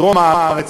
בדרום הארץ,